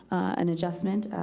an adjustment.